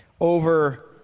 over